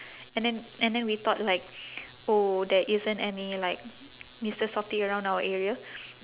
and then and then we thought like oh there isn't any like mister softee around our area